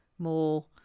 more